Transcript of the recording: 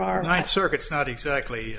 are high circuits not exactly